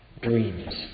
Dreams